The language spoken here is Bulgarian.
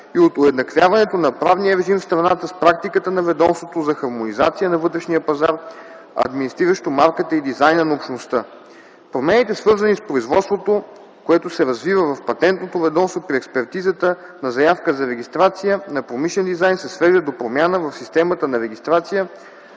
и от уеднаквяването на правния режим в страната с практиката на Ведомството за хармонизация на вътрешния пазар, администриращо марката и дизайна на Общността. Промените, свързани с производството, което се развива в Патентното ведомство при експертизата на заявка за регистрация на промишлен дизайн, се свеждат до промяна в системата на регистрация